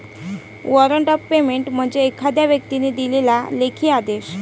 warrant of payment म्हणजे एखाद्या व्यक्तीने दिलेला लेखी आदेश